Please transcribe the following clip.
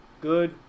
Good